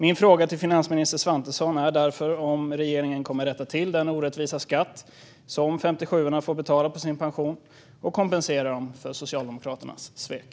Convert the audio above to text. Min fråga till finansminister Svantesson är därför om regeringen kommer att rätta till den orättvisa skatt som 57:orna får betala på sin pension och kompensera dem för Socialdemokraternas svek.